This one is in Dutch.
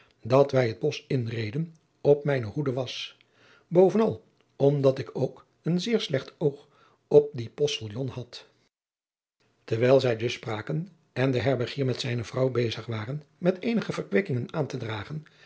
dat wij het bosch inreden op mijne hoede was bovenal omdat ik ook een zeer slecht oog op dien ostiljon had erwijl zij dus spraken en de erbergier met zijne vrouw bezig waren met eenige verkwikkingen aan te dragen